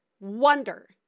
wonder